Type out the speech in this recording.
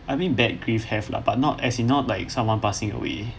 I mean bad grieve have lah but not as it's not like someone passing away